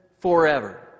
forever